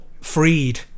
freed